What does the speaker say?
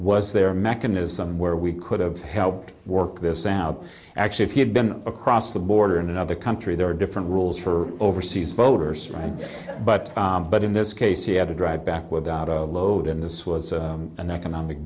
was there a mechanism where we could have helped work this out actually if you had been across the border in another country there are different rules for overseas voters right but but in this case you had to drive back with a load in this was an economic